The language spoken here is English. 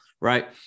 right